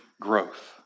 growth